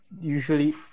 usually